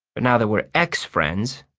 but now that we're ex-friends,